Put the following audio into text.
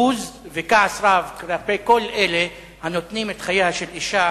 בוז וכעס רב כלפי כל אלה הנוטלים את חייה של אשה